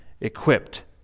equipped